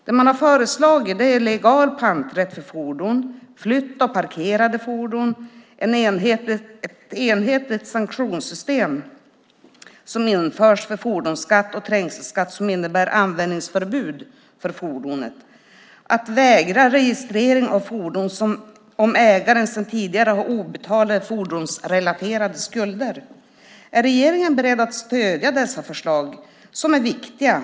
Det man har föreslagit är legal panträtt för fordon, flytt av parkerade fordon, ett enhetligt sanktionssystem som införs för fordonsskatt och trängselskatt som innebär användningsförbud för fordonet och att vägra registrering av fordon om ägaren sedan tidigare har obetalda fordonsrelaterade skulder. Är regeringen beredd att stödja dessa förslag som är viktiga?